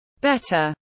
Better